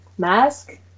mask